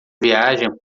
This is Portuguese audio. viagem